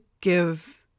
give